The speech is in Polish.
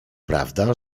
prawda